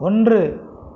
ஒன்று